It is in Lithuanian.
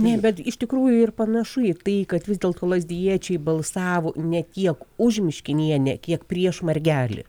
nė bet iš tikrųjų ir panašu į tai kad vis dėlto lazdijiečiai balsavo ne tiek už miškinienę kiek prieš margelį